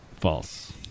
False